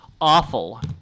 awful